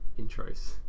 intros